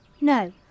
No